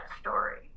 story